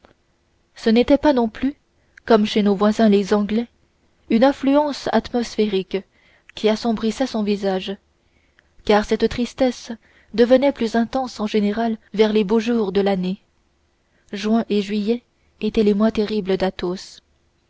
ce n'était pas non plus comme chez nos voisins les anglais une influence atmosphérique qui assombrissait son visage car cette tristesse devenait plus intense en général vers les beaux jours de l'année juin et juillet étaient les mois terribles